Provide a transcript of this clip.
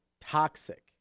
toxic